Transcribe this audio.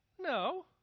no